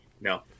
No